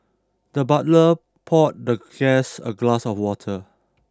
the butler poured the guest a glass of water